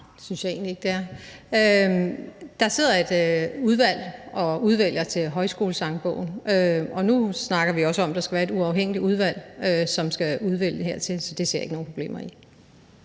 det synes jeg egentlig ikke det er. Der sidder et udvalg og udvælger sange til Højskolesangbogen, og nu snakker vi også om, at der skal være et uafhængigt udvalg, som skal udvælge sange til en kanon. Så det ser jeg ikke nogen problemer i.